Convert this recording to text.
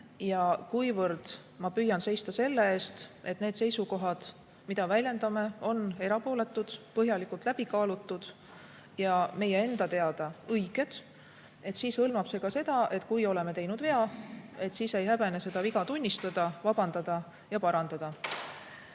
Kuivõrd ma püüan seista selle eest, et need seisukohad, mida väljendame, on erapooletud, põhjalikult läbi kaalutud ja meie enda teada õiged, siis see hõlmab ka seda, et kui oleme teinud vea, siis me ei häbene seda viga tunnistada, vabandada ja parandada.